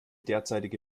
derzeitige